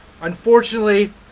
Unfortunately